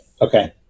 Okay